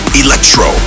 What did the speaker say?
electro